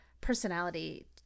personality